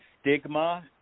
stigma